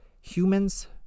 Humans